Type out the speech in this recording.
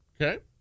Okay